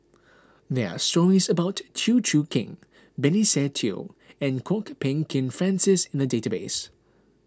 there are stories about Chew Choo Keng Benny Se Teo and Kwok Peng Kin Francis in the database